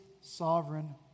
sovereign